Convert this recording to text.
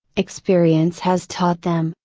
experience has taught them,